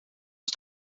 het